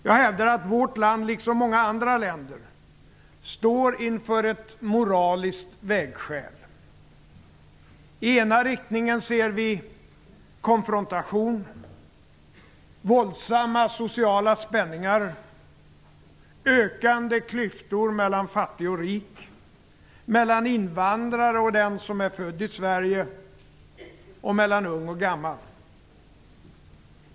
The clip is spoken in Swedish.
Jag hävdar att vårt land liksom många andra länder står inför ett moraliskt vägskäl. I ena riktningen ser vi konfrontation, våldsamma sociala spänningar, ökande klyftor mellan fattig och rik, mellan invandrare och den som är född i Sverige och mellan ung och gammal.